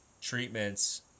treatments